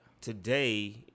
Today